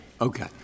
Okay